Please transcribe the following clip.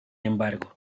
embargo